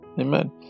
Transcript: Amen